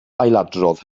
ailadrodd